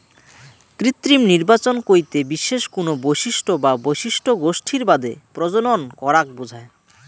কৃত্রিম নির্বাচন কইতে বিশেষ কুনো বৈশিষ্ট্য বা বৈশিষ্ট্য গোষ্ঠীর বাদে প্রজনন করাক বুঝায়